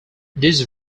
this